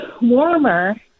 warmer